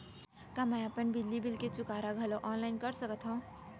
का मैं अपन बिजली बिल के चुकारा घलो ऑनलाइन करा सकथव?